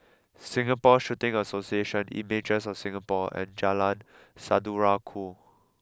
Singapore Shooting Association Images of Singapore and Jalan Saudara Ku